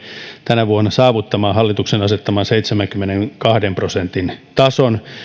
tänä vuonna saavuttamaan hallituksen asettaman seitsemänkymmenenkahden prosentin tason